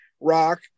rock